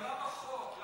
אבל למה חוק?